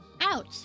Out